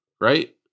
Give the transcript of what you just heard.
Right